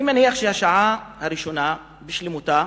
אני מניח שבשעה הראשונה בשלמותה